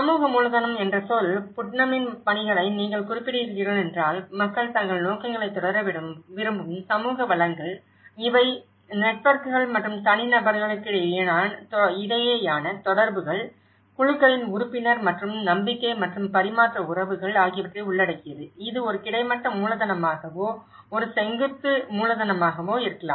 சமூக மூலதனம் என்ற சொல் புட்னமின் பணிகளை நீங்கள் குறிப்பிடுகிறீர்கள் என்றால் மக்கள் தங்கள் நோக்கங்களைத் தொடர விரும்பும் சமூக வளங்கள் இவை நெட்வொர்க்குகள் மற்றும் தனிநபர்களுக்கிடையேயான தொடர்புகள் குழுக்களின் உறுப்பினர் மற்றும் நம்பிக்கை மற்றும் பரிமாற்ற உறவுகள் ஆகியவற்றை உள்ளடக்கியது இது ஒரு கிடைமட்ட மூலதனமாகவோ ஒரு செங்குத்து மூலதனமாகவோ இருக்கலாம்